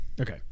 Okay